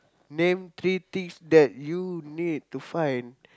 name three things that you need to find